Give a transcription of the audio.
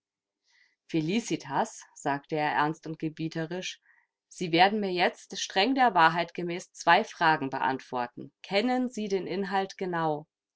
felicitas sagte er ernst und gebieterisch sie werden mir jetzt streng der wahrheit gemäß zwei fragen beantworten kennen sie den inhalt genau